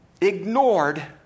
ignored